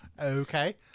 Okay